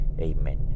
Amen